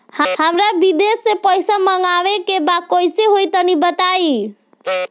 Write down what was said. हमरा विदेश से पईसा मंगावे के बा कइसे होई तनि बताई?